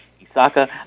Isaka